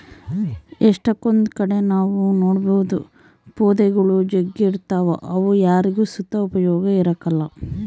ಎಷ್ಟಕೊಂದ್ ಕಡೆ ನಾವ್ ನೋಡ್ಬೋದು ಪೊದೆಗುಳು ಜಗ್ಗಿ ಇರ್ತಾವ ಅವು ಯಾರಿಗ್ ಸುತ ಉಪಯೋಗ ಇರಕಲ್ಲ